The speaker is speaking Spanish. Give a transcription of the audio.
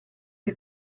que